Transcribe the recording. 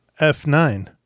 F9